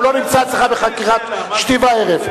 הוא לא נמצא אצלך בחקירת שתי וערב.